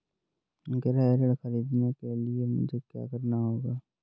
गृह ऋण ख़रीदने के लिए मुझे क्या करना होगा?